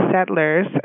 settlers